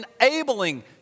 enabling